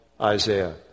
Isaiah